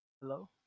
hello